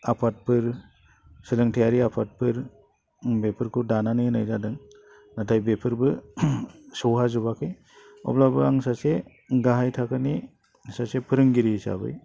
आफादफोर सोलोंथाइयारि आफादफोर बेफोरखौ दानानै होनाय जादों नाथाय बेफोरबो सौहाजोबाखै अब्लाबो आं सासे गाहाय थाखोनि सासे फोरोंगिरि हिसाबै